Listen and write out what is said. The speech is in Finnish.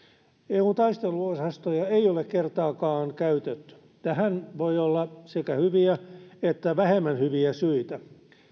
eun taisteluosastoja ei ole kertaakaan käytetty tähän voi olla sekä hyviä että vähemmän hyviä syitä